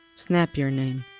snappier, name.